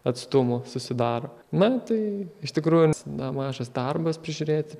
atstumų susidaro na tai iš tikrųjų na mažas darbas prižiūrėti